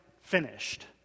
finished